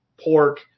pork